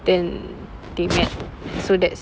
then they met so that's